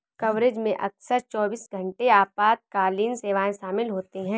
coverage में अक्सर चौबीस घंटे आपातकालीन सेवाएं शामिल होती हैं